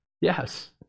Yes